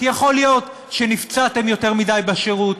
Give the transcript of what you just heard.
כי יכול להיות שנפצעתם יותר מדי בשירות,